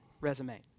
resume